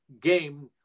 game